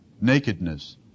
nakedness